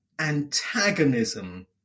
antagonism